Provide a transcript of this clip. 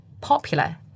popular